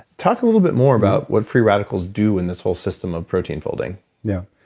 talk a little bit more about what free radicals do in this whole system of protein folding yeah.